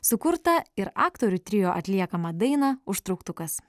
sukurta ir aktorių trio atliekamą dainą užtrauktukas